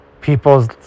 people's